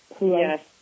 Yes